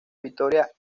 victoria